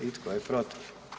I tko je protiv?